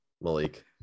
Malik